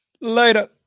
Later